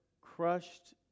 crushed